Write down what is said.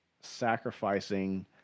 sacrificing